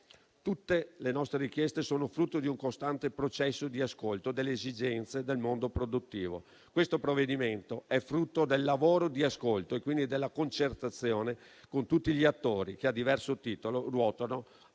Tutte le nostre richieste sono frutto di un costante processo di ascolto delle esigenze del mondo produttivo. Il provvedimento in discussione è frutto del lavoro di ascolto e quindi della concertazione con tutti gli attori che, a diverso titolo, ruotano